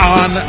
on